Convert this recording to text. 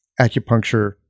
acupuncture